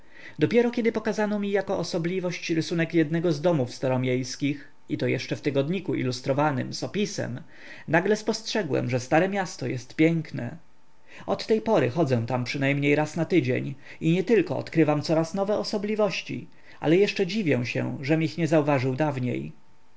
dopiero kiedy pokazano mi jako osobliwość rysunek jednego z domów staromiejskich i to jeszcze w tygodniku ilustrowanym z opisem nagle spostrzegłem że stare miasto jest piękne od tej pory chodzę tam przynajmniej raz na tydzień i nietylko odkrywam coraz nowe osobliwości ale jeszcze dziwię się żem ich nie zauważył dawniej